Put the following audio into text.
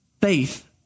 faith